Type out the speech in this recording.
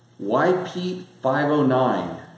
YP509